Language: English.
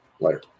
Later